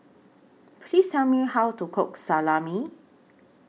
Please Tell Me How to Cook Salami